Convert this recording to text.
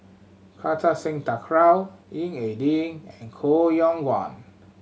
Kartar Singh Thakral Ying E Ding and Koh Yong Guan